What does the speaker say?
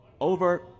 Over